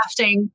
crafting